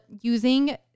using